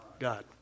God